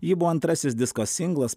ji buvo antrasis disko singlas